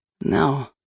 No